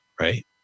right